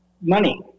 money